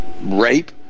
rape